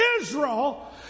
Israel